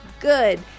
good